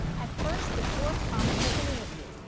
at first, the corps promised us an interview,